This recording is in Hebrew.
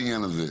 הנה,